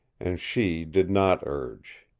and she did not urge.